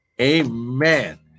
Amen